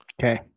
Okay